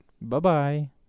Bye-bye